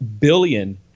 billion